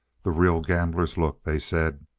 the real gambler's look, they said.